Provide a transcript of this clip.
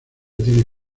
tiene